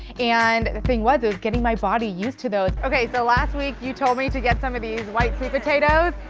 and the thing was it was getting my body used to those. okay, so last week you told me to get some of these white sweet potatoes,